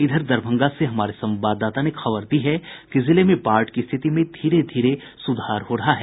इधर दरभंगा से हमारे संवाददाता ने खबर दी है कि जिले में बाढ़ की स्थिति में धीरे धीरे सुधार हो रहा है